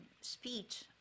speech